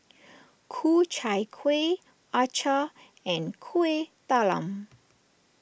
Ku Chai Kueh Acar and Kuih Talam